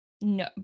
no